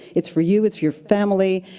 it's for you, it's for your family,